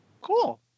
cool